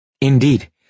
Indeed